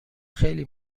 خیلی